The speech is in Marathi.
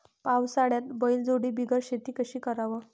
पावसाळ्यात बैलजोडी बिगर शेती कशी कराव?